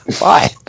bye